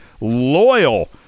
loyal